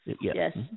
Yes